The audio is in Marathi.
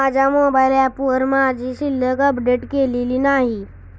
माझ्या मोबाइल ऍपवर माझी शिल्लक अपडेट केलेली नाही